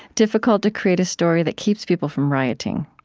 difficult to create a story that keeps people from rioting.